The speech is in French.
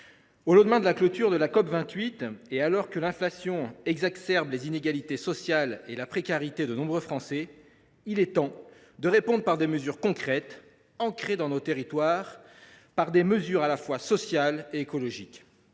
au lendemain de la clôture de la COP28, alors que l’inflation exacerbe les inégalités sociales et la précarité de nombreux Français, il est temps de prendre des mesures concrètes, ancrées dans nos territoires et à la fois sociales et écologiques.